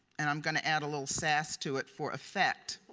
and i'm going to add a little sass to it for effect.